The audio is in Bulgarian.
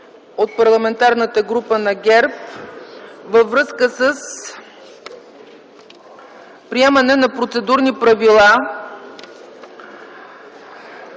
от Парламентарната група на ГЕРБ във връзка с приемане на процедурни правила